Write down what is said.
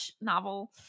novel